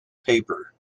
paper